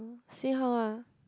see how ah